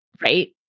Right